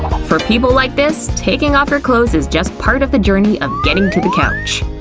for people like this, taking off your clothes is just part of the journey of getting to the couch.